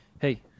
Hey